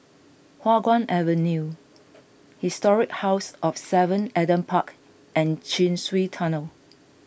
Hua Guan Avenue Historic House of Seven Adam Park and Chin Swee Tunnel